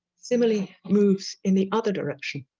simile moves in the other direction